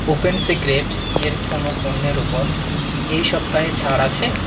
open secret এর কোনো পণ্যের ওপর এই সপ্তাহে ছাড় আছে